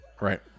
Right